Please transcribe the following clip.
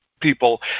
people